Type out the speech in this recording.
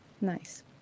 Nice